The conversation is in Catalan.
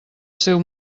seu